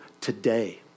today